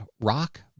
rock